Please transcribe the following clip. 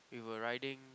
we were riding